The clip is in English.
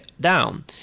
down